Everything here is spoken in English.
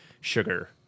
sugar